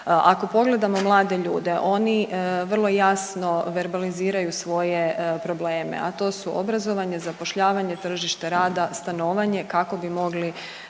ako pogledamo mlade ljude oni vrlo jasno verbaliziraju svoje probleme, a to su obrazovanje, zapošljavanje, tržište rada, stanovanje kako bi mogli